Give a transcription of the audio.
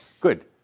good